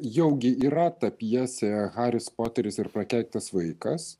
jaugi yra ta pjesė haris poteris ir prakeiktas vaikas